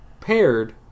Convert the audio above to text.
paired